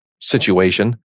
situation